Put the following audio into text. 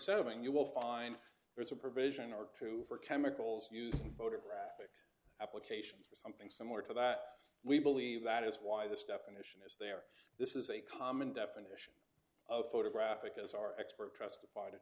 seven you will find there is a provision or two for chemicals use photographic applications or something similar to that we believe that is why this definition is there this is a common definition of photographic as our expert t